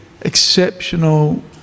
exceptional